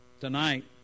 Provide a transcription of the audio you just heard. Tonight